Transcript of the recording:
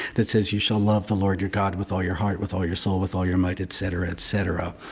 that says you shall love the lord, your god, with all your heart, with all your soul, with all your might etc, etc.